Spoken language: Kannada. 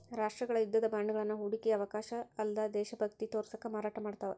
ರಾಷ್ಟ್ರಗಳ ಯುದ್ಧದ ಬಾಂಡ್ಗಳನ್ನ ಹೂಡಿಕೆಯ ಅವಕಾಶ ಅಲ್ಲ್ದ ದೇಶಭಕ್ತಿ ತೋರ್ಸಕ ಮಾರಾಟ ಮಾಡ್ತಾವ